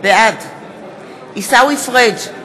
בעד עיסאווי פריג'